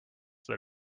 that